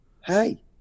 hey